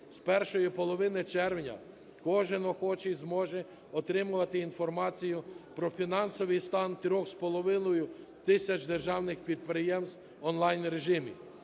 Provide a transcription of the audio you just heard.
З першої половини червня кожен охочий зможе отримувати інформацію про фінансовий стан 3,5 тисяч державних підприємств в онлайн-режимі.